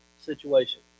situation